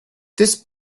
this